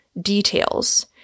details